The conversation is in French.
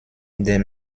des